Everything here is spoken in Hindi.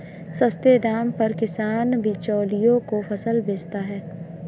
सस्ते दाम पर किसान बिचौलियों को फसल बेचता है